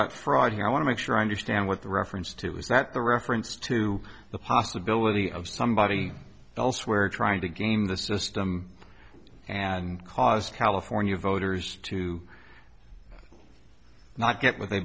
about fraud here i want to make sure i understand what the reference to is that the reference to the possibility of somebody elsewhere trying to game the system and cause california voters to not get what they